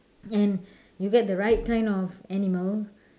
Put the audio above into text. and you get the right kind of animal